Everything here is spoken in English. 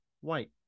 white